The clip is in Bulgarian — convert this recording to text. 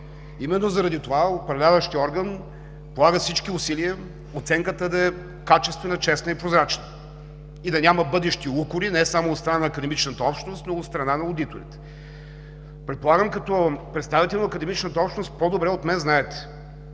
Именно заради това управляващият орган полага всички усилия оценката да е качествена, честна и прозрачна и да няма бъдещи укори не само от страна на академичната общност, но и от страна на одиторите. Предполагам, като представител на академичната общност, по-добре от мен знаете,